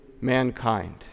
mankind